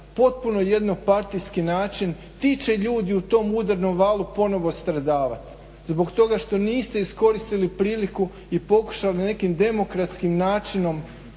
potpuno jedno partijski način, ti će ljudi u tom udarnom valu ponovno stradavati zbog toga što niste iskoristili priliku i pokušali nekim demokratskim načinom